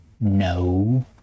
no